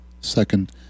second